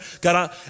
God